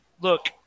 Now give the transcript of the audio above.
look